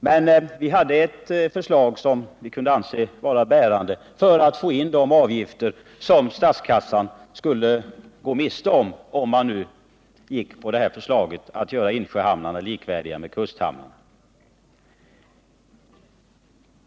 Vi kom med ett förslag som vi ansåg vara bärande för att få in de avgifter 167 Nr 48 som statskassan skulle gå miste om, i fall man gick med på förslaget att göra insjöhamnarna likvärdiga med kusthamnarna.